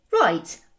Right